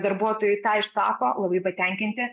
darbuotojai tą išsako labai patenkinti